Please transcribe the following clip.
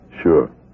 Sure